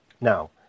Now